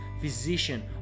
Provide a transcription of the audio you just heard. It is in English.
physician